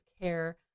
care